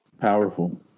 Powerful